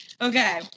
Okay